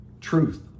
Truth